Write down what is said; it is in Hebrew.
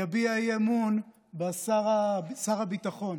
יביע אי-אמון בשר הביטחון.